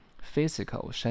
Physical